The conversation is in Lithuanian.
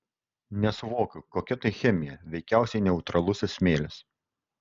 nesuvokiu kokia tai chemija veikiausiai neutralusis smėlis